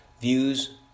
views